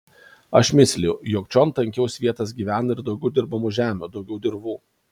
aš mislijau jog čion tankiau svietas gyvena ir daugiau dirbamų žemių daugiau dirvų